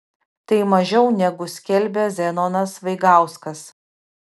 tai mažiau negu skelbė zenonas vaigauskas